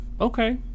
okay